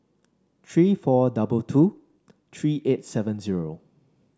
three four double two three eight seven zero